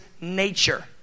nature